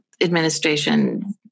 administration